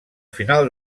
final